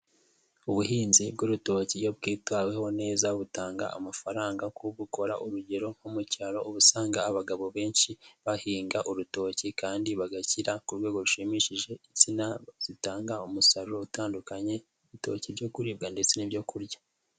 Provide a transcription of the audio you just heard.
Ubuhinzi bw'urutoki iyo bwitaweho neza, butanga amafaranga ku gukora, urugero nko mu cyaro ubu usanga abagabo benshi bahinga urutoki kandi bagakira ku rwego rushimishije, insina zitanga umusaruro utandukanye, ibitoki byo kuribwa ndetse n'ibyo kurya.